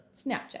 Snapchat